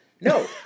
No